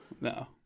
no